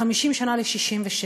ל-50 שנה ל-1967.